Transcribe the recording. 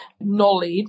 knowledge